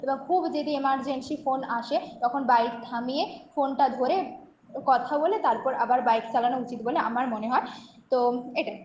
এবং খুব যেদি এমারজেন্সি ফোন আসে তখন বাইক থামিয়ে ফোনটা ধরে কথা বলে তারপর আবার বাইক চালানো উচিত বলে আমার মনে হয় তো এটাই